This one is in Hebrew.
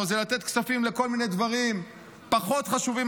הוא לתת כספים לכל מיני דברים פחות חשובים,